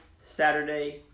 Saturday